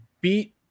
beat